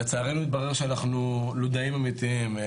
לצערנו התברר שאנחנו לודאים אמיתיים.